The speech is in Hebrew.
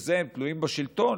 ובזה הם תלויים בשלטון,